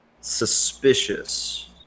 suspicious